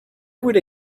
would